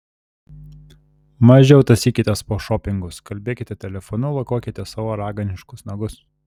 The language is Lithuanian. mažiau tąsykitės po šopingus kalbėkite telefonu lakuokite savo raganiškus nagus